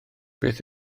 beth